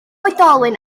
oedolyn